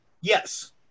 yes